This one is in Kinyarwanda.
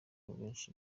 benshi